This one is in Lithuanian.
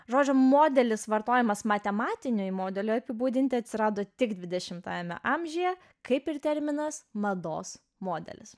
žodžiu modelis vartojamas matematinio modelio apibūdinti atsirado tik dvidešimtajame amžiuje kaip ir terminas mados modelis